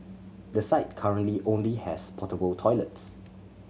the site currently only has portable toilets